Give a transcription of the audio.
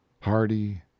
Hardy